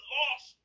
lost